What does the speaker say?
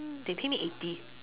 they paid me eighty